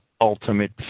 ultimate